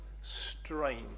strain